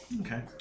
Okay